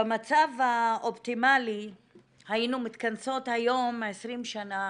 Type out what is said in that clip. במצב האופטימאלי היינו מתכנסות היום 20 שנה